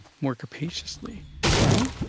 more capaciously well,